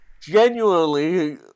Genuinely